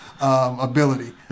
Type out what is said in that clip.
ability